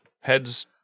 Heads